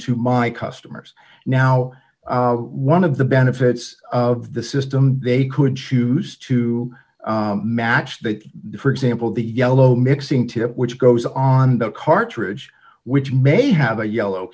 to my customers now one of the benefits of the system they could choose to match that for example the yellow mixing tip which goes on the cartridge which may have a yellow